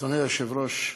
אדוני היושב-ראש,